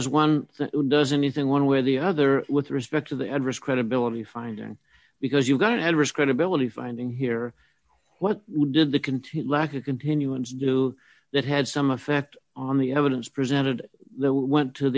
does one does anything one way or the other with respect to the address credibility finding because you're going to risk credibility finding here what you did the continued lack of continuing to do that had some effect on the evidence presented the went to